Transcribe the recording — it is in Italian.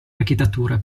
architetture